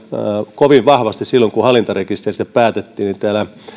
kovin vahvasti silloin kun hallintarekisteristä päätettiin täällä